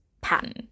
pattern